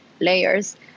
layers